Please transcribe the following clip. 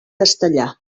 castellà